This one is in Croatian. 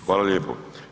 Hvala lijepo.